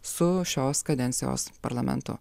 su šios kadencijos parlamentu